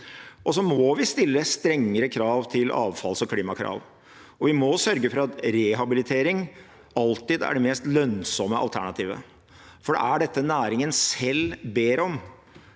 Vi må stille strengere avfalls- og klimakrav, og vi må sørge for at rehabilitering alltid er det mest lønnsomme alternativet. Det er dette næringen selv ber om.